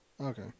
okay